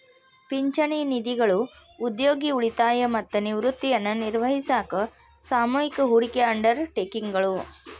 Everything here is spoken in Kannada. ಪಿಂಚಣಿ ನಿಧಿಗಳು ಉದ್ಯೋಗಿ ಉಳಿತಾಯ ಮತ್ತ ನಿವೃತ್ತಿಯನ್ನ ನಿರ್ವಹಿಸಾಕ ಸಾಮೂಹಿಕ ಹೂಡಿಕೆ ಅಂಡರ್ ಟೇಕಿಂಗ್ ಗಳು